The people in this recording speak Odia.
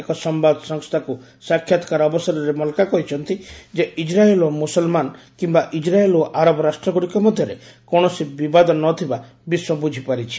ଏକ ସମ୍ବାଦ ସଂସ୍ଥାକୁ ସାକ୍ଷାତକାର ଅବସରରେ ମଲ୍କା କହିଛନ୍ତି ଯେ ଇସ୍ରାଏଲ ଓ ମୁସଲମାନ କିମ୍ବା ଇସ୍ରାଏଲ ଓ ଆରବ ରାଷ୍ଟ୍ରଗୁଡ଼ିକ ମଧ୍ୟରେ କୌଣସି ବିବାଦ ନ ଥିବା ବିଶ୍ୱ ବୁଝି ପାରିଛି